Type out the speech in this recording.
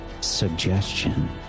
Suggestion